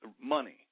money